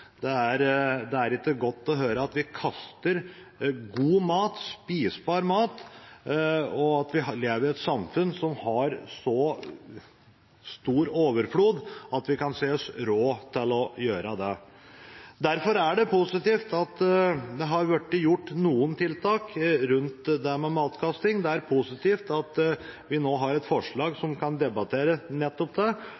Det er ikke godt å høre at vi kaster god mat, spiselig mat – at vi lever i et samfunn som har så stor overflod at vi kan se oss råd til å gjøre det. Derfor er det positivt at det har blitt gjort noen tiltak rundt det med matkasting. Det er positivt at vi nå har et forslag som gjør at vi kan debattere nettopp det.